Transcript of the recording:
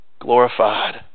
glorified